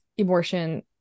abortion